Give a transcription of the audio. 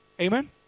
Amen